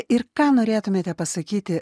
ir ką norėtumėte pasakyti